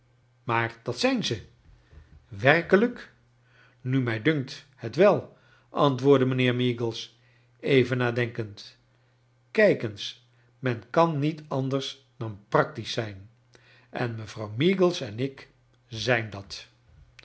maar dat zijn ze werkelijk nu mij dunkt het wel antwoordde mijnheer meagles even nadenkend kijk eens men kan niet anders dan practisch zijn en mevrouw meagles en ik zijn dat